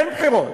אין בחירות.